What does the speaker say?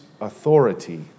authority